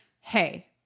hey